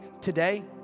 today